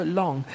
long